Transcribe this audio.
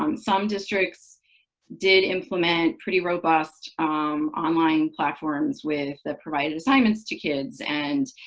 um some districts did implement pretty robust online platforms with provided assignments to kids and